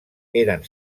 eren